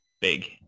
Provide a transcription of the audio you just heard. big